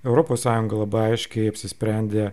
europos sąjunga labai aiškiai apsisprendė